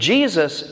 Jesus